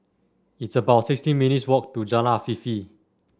it's about sixteen minutes walk to Jalan Afifi